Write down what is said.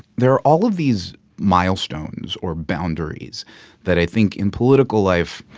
there are all of these milestones or boundaries that i think, in political life,